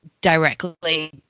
directly